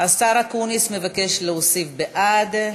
השר אקוניס מבקש להוסיף בעד,